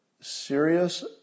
serious